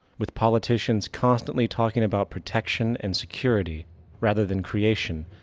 with politicians constantly talking about protection and security rather than creation,